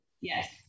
Yes